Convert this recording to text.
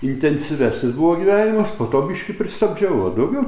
intensyvesnis buvo gyvenimas po to biškį pristabdžiau o daugiau